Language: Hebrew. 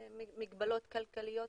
מגבלות כלכליות?